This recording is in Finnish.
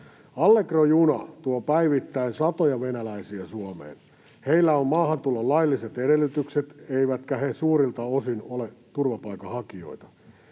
Allegro-juna tuo päivittäin satoja venäläisiä Suomeen. Heillä on maahantulon lailliset edellytykset, eivätkä he suurilta osin ole turvapaikanhakijoita.